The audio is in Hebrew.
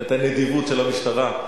את הנדיבות של המשטרה.